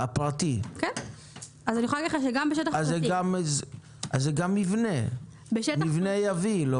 אז זה גם מבנה יביל.